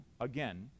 again